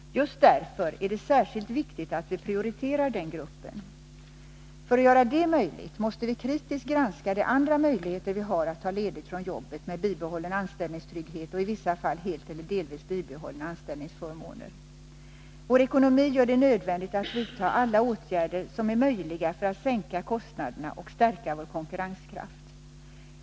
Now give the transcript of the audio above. Just därför är det särskilt viktigt att vi prioriterar den gruppen. För att göra det möjligt måste vi kritiskt granska de andra möjligheter vi har att ta ledigt från jobbet med bibehållen anställningstrygghet och i vissa fall helt eller delvis bibehållna anställningsförmåner. Vår ekonomi gör det nödvändigt att vidta alla åtgärder som är möjliga för att sänka kostnaderna och stärka vår konkurrenskraft.